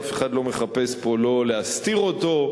אף אחד לא מחפש פה להסתיר אותו.